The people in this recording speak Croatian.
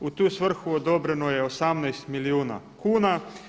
U tu svrhu odobreno je 18 milijuna kuna.